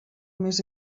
més